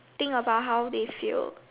think about how they fail